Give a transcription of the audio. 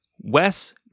Wes